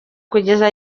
kugeza